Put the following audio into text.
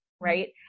right